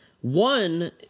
One